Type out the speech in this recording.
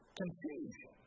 confusion